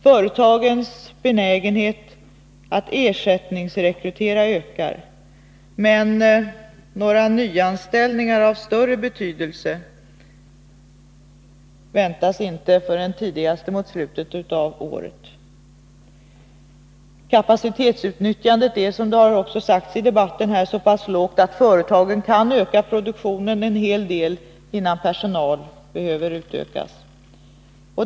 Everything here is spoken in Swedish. Företagens benägenhet att ersättningsrekrytera ökar, men några nyanställningar av större betydelse väntas inte förrän tidigast mot slutet av året. Kapacitetsutnyttjandet är, som också har sagts i debatten, så pass lågt att företagen kan öka produktionen en hel del innan personalen behöver utökas.